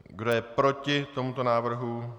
Kdo je proti tomuto návrhu?